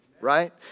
right